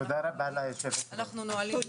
אנחנו נועלים את הישיבה.